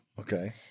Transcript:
Okay